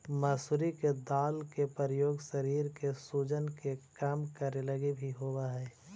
मसूरी के दाल के प्रयोग शरीर के सूजन के कम करे लागी भी होब हई